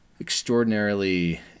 extraordinarily